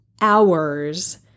hours